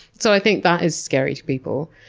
so, i think that is scary to people.